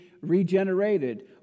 regenerated